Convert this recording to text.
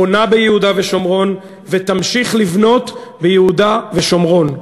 בונה ביהודה ושומרון ותמשיך לבנות ביהודה ושומרון.